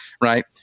Right